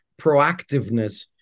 proactiveness